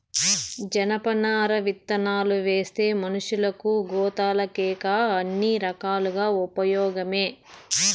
జనపనార విత్తనాలువేస్తే మనషులకు, గోతాలకేకాక అన్ని రకాలుగా ఉపయోగమే